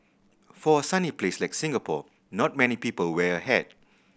for a sunny place like Singapore not many people wear a hat